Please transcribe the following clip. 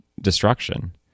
destruction